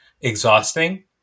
exhausting